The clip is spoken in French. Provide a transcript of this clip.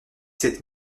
sept